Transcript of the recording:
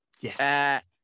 Yes